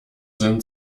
sind